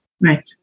Right